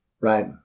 Right